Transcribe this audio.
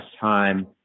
time